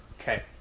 Okay